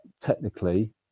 technically